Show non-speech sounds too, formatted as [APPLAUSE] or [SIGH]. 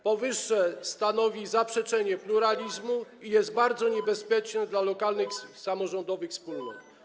Powyższe stanowi zaprzeczenie [NOISE] pluralizmu i jest bardzo niebezpieczne dla lokalnych samorządowych wspólnot.